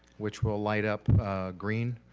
which will light up green,